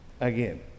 again